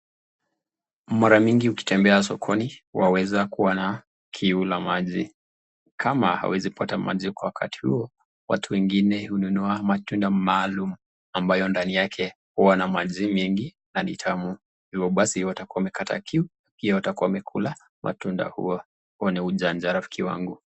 Mara mingi ukitembea sokoni waweza kuwa na kiu la maji kama hauwezi pata maji kwa wakati huo, watu wengine hununua matunda maalum ambayo ndani yake huwa na maji mingi na ni tamu hivo basi watakuwa wamekata kiu pia watakuwa wamekula matunda huo, huo ni ujanja rafiki wangu.